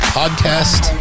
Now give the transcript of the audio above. podcast